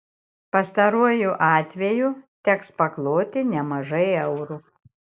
pastaruoju atveju teks pakloti nemažai eurų